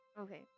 Okay